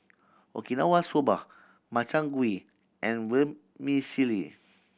Okinawa Soba Makchang Gui and Vermicelli